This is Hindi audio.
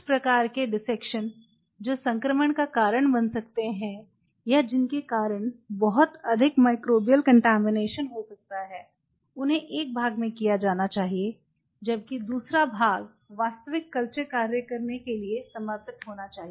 कुछ प्रकार के डिसेक्शन जो संक्रमण का कारण बन सकते हैं या जिसके कारण बहुत अधिक माइक्रोबियल कंटैमिनेशन हो सकता है उन्हें एक भाग में किया जाना चाहिए जबकि दूसरा भाग वास्तविक कल्चर कार्य करने के लिए समर्पित होना चाहिए